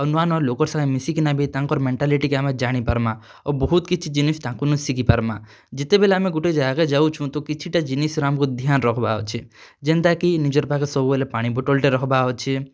ଆଉ ନୂଆ ନୂଆ ଲୋକର୍ ସାଙ୍ଗେ ମିଶିକିନା ବି ତାଙ୍କର୍ ମେଣ୍ଟାଲିଟିକେ ଆମେ ଜାଣିପାର୍ମା ଆଉ ବହୁତ୍ କିଛି ଜିନିଷ୍ ତାଙ୍କର୍ନୁ ଶିଖିପାର୍ମା ଯେତେବେଲେ ଆମେ ଗୁଟେ ଜାଗାକେ ଯାଉଁଛୁ ତ କିଛିଟା ଜିନିଷ୍ର ଆମ୍କୁ ଧ୍ୟାନ୍ ରଖବାର୍ ଅଛେ ଯେନ୍ତାକି ନିଜର୍ ପାଖେ ସବୁବେଲେ ପାନି ବୁଟଲ୍ଟେ ରଖ୍ବାର୍ ଅଛେ